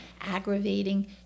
aggravating